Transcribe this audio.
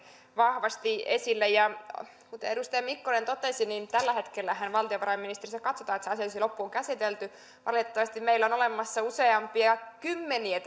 vahvasti esille kuten edustaja mikkonen totesi niin tällä hetkellähän valtiovarainministeriössä katsotaan että se asia olisi loppuun käsitelty valitettavasti meillä on olemassa useampia kymmeniä